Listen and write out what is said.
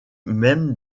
même